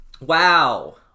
Wow